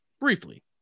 briefly